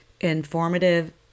informative